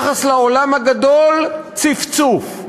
ביחס לעולם הגדול, צפצוף.